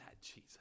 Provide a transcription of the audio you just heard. jesus